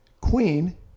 Queen